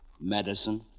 medicine